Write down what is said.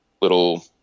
little